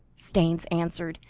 staynes answered,